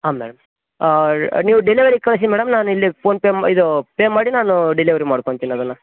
ಹಾಂ ಮ್ಯಾಮ್ ನೀವ್ ಡೆಲಿವರಿಗೆ ಕಳಿಸಿ ಮೇಡಮ್ ನಾನು ಇಲ್ಲೇ ಫೋನ್ ಪೇ ಇದು ಪೇ ಮಾಡಿ ನಾನು ಡಿಲಿವರಿ ಮಾಡ್ಕೋತಿನಿ ಅದನ್ನ